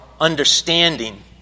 understanding